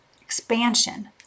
expansion